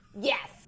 Yes